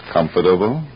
Comfortable